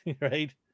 right